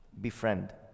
befriend